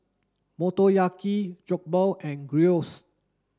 Motoyaki Jokbal and Gyros